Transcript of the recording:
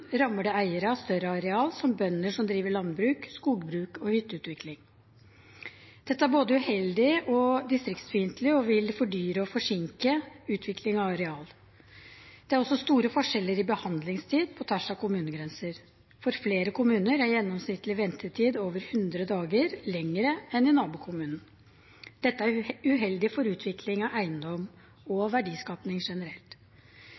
rammer det eiere av større areal, som bønder som driver landbruk, skogbruk og hytteutvikling. Dette er både uheldig og distriktsfiendtlig, og det vil fordyre og forsinke utvikling av areal. Det er også store forskjeller i behandlingstid på tvers av kommunegrenser. For flere kommuner er gjennomsnittlig ventetid over hundre dager lenger enn i nabokommunene. Dette er uheldig for utvikling av eiendom og verdiskapning generelt.